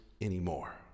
anymore